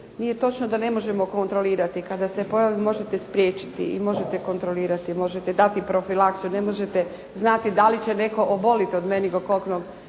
Nije točno da ne možemo kontrolirati. Kada se pojavi možete spriječiti i možete kontrolirati, možete dati profilaciju. Ne možete znati da li će netko oboliti od meningokokni